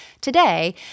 today